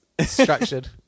Structured